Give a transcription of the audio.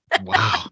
Wow